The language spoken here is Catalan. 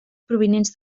provinents